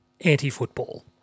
anti-football